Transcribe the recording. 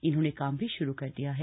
इन्होंने काम भी शुरू कर दिया है